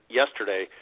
yesterday